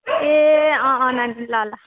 ए अँ अँ नानी ल ल